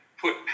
put